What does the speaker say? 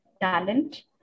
talent